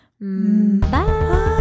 bye